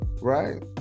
Right